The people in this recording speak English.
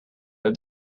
but